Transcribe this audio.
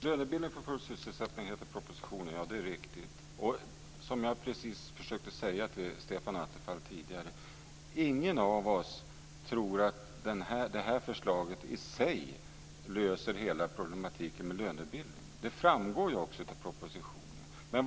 Fru talman! Ja, det är riktigt att propositionen heter Lönebildning för full sysselsättning. Jag försökte tidigare säga till Stefan Attefall att ingen av oss tror att det här förslaget i sig löser hela problematiken med lönebildningen, och det framgår också av propositionen.